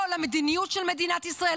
לא למדיניות הביטחונית של מדינת ישראל,